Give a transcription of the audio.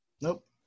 Nope